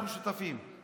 אנחנו שותפים.